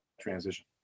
transition